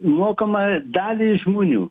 mokama daliai žmonių